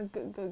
ya